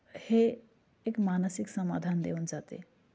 हे एक मानसिक समाधान देऊन जाते